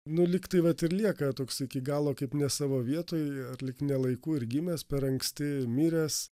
nu lygtai vat ir lieka toks iki galo kaip ne savo vietoj ar lyg ne laiku ir gimęs per anksti miręs